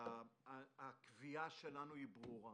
הקביעה שלנו ברורה: